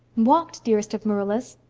walked, dearest of marillas.